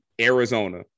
Arizona